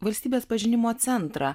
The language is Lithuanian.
valstybės pažinimo centrą